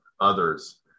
others